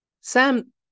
Sam